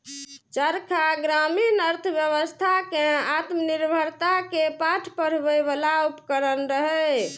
चरखा ग्रामीण अर्थव्यवस्था कें आत्मनिर्भरता के पाठ पढ़बै बला उपकरण रहै